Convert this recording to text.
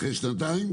אחרי שנתיים?